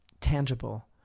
tangible